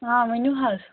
آ ؤنِو حظ